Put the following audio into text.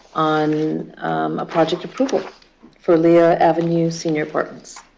on a project approval for leigh ah avenue senior apartments.